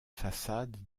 façades